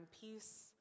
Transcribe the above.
peace